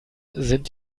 sind